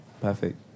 perfect